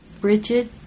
Bridget